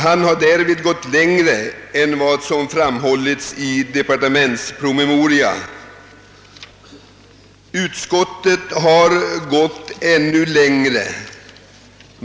Han har därvid gått längre än vad som föreslagits i departementspromemorian. Utskottet har gått ännu längre.